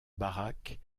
baraques